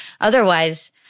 Otherwise